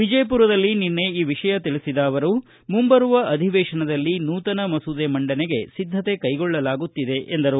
ವಿಜಯಪುರದಲ್ಲಿ ನಿನ್ನೆ ಈ ವಿಷಯ ತಿಳಿಸಿದ ಅವರು ಮುಂಬರುವ ಅಧಿವೇಶನದಲ್ಲಿ ನೂತನ ಮಸೂದೆ ಮಂಡನೆಗೆ ಸಿದ್ದತೆ ಕೈಗೊಳ್ಳಲಾಗುತ್ತಿದೆ ಎಂದರು